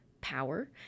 power